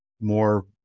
more